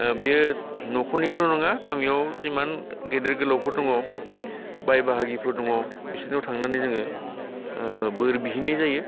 ओ बियो न'खरनिल' नङा गामियाव जिमान गेदेर गोलावफोर दङ बाय बाहागिफोर दङ बिसोरनाव थांनानै जोङो ओ बोर बिहैनाय जायो